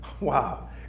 wow